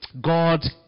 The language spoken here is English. God